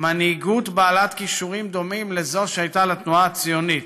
מנהיגות בעלת כישורים דומים לאלה שהיו בתנועה הציונית,